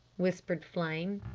whispered flame.